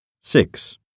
Six